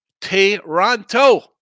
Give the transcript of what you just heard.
Toronto